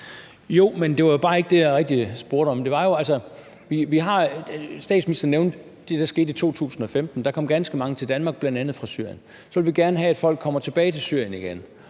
Jo, men det var bare ikke rigtig det, jeg spurgte om. Statsminsteren nævnte det, der skete i 2015. Da kom ganske mange til Danmark, bl.a. fra Syrien. Vi vil gerne have, at folk kommer tilbage til Syrien igen,